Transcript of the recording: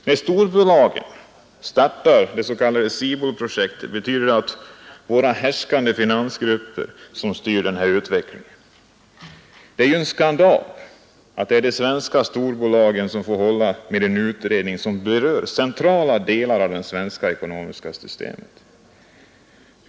När storbolagen startar det s.k. SIBOL-projektet betyder det att det är våra härskande finansgrupper som styr den här utvecklingen. Det är en skandal att de svenska storbolagen får hålla på med en utredning som berör centrala delar av det svenska ekonomiska systemet.